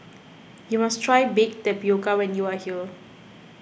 you must try Baked Tapioca when you are here